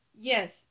Yes